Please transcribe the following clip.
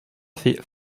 fait